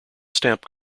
stamp